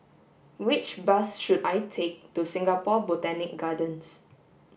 which bus should I take to Singapore Botanic Gardens